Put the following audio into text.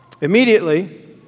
Immediately